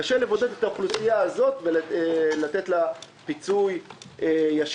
קשה לבודד את האוכלוסייה הזאת ולתת לה פיצוי ישיר.